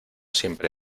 siempre